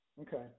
Okay